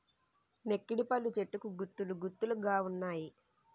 నెక్కిడిపళ్ళు చెట్టుకు గుత్తులు గుత్తులు గావున్నాయి